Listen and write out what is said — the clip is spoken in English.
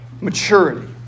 maturity